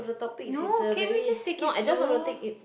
no can we just take it slow